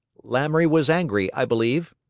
lamoury was angry, i believe.